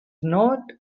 not